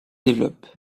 développent